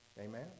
Amen